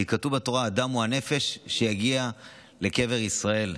כי כתוב בתורה "הדם הוא הנפש" שיגיע לקבר ישראל.